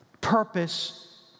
Purpose